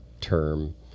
term